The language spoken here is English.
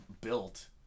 built